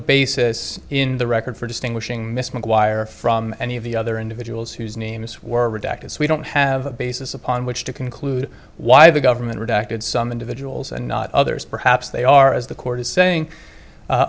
basis in the record for distinguishing mr maguire from any of the other individuals whose names were redacted so we don't have a basis upon which to conclude why the government redacted some individuals and not others perhaps they are as the court is saying u